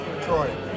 Troy